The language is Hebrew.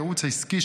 ייעוץ עסקי,